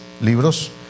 libros